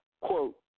Quote